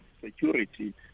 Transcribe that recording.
security